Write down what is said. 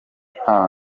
nta